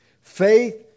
Faith